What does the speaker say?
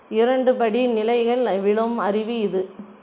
இரண்டு படி நிலைகள் விழும் அருவி இது